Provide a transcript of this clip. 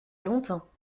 longtemps